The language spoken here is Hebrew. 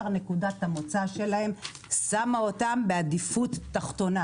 נקודת המוצא שלהם שמה אותם בעדיפות תחתונה.